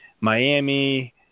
Miami